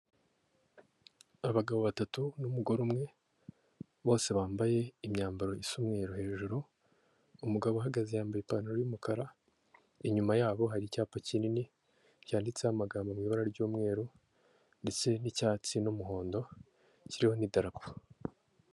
Inzu iri ku isoko igurishwa nziza iri kimironko i Kigali isa umweru ikaba ikikijwe n'amakaro n'ibirahuri ikaba ifite amapave ashashe hasi n'indabyo ziteye ku ruhande.